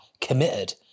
committed